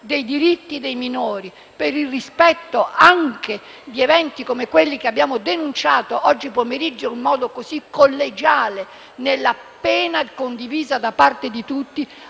dei diritti dei minori e anche di eventi come quelli che abbiamo denunciato oggi pomeriggio, in modo così collegiale e nella piena condivisione di tutti,